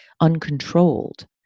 uncontrolled